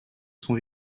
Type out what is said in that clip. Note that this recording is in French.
son